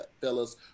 fellas